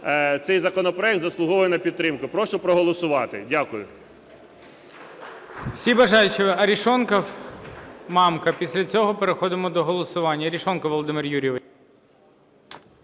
цей законопроект заслуговує на підтримку. Прошу проголосувати. Дякую.